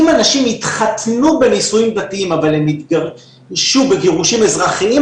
אם אנשים יתחתנו בנישואים דתיים אבל הם יתגרשו בגירושים אזרחיים,